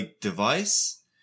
device